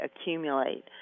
accumulate